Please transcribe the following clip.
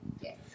Yes